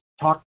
talk